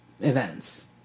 events